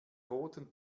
roten